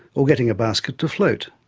or getting a basket to float.